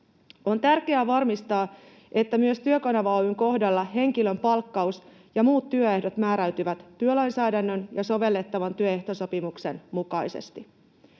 On tärkeää varmistaa, että myös Työkanava Oy:n kohdalla henkilön palkkaus ja muut työehdot määräytyvät työlainsäädännön ja sovellettavan työehtosopimuksen mukaisesti.